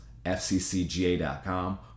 FCCGA.com